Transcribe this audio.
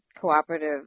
cooperative